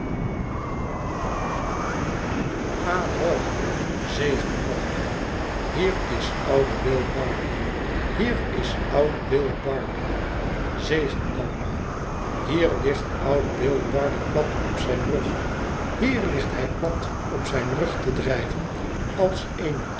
ahoy zegenallemaal hier is oude bill barley hier is oude bill barley zegen allemaal hier ligt oude bill barley plat op zijn rug hier ligt hij plat op zijn rug te drijven als eene